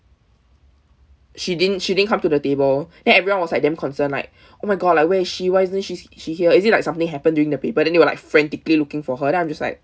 she didn't she didn't come to the table then everyone was like damn concerned like oh my god like where is she why isn't s~ she here is it like something happen during the paper then they were like frantically looking for her then I'm just like